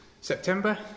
September